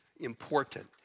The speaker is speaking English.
important